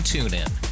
TuneIn